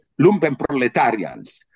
lumpenproletarians